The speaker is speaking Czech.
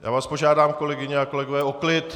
Já vás požádám, kolegyně a kolegové o klid!